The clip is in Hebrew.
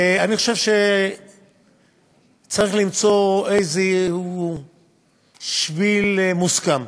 אני חושב שצריך למצוא איזשהו שביל מוסכם,